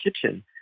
kitchen